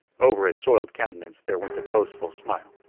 over his soiled countenance there went a boastful smile.